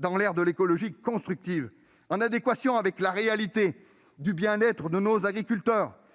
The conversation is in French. dans l'ère de l'écologie constructive, en adéquation avec le bien-être de nos agriculteurs,